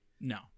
No